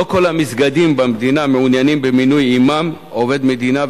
לא כל המסגדים במדינה מעוניינים במינוי אימאם עובד מדינה,